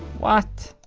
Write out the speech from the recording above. what?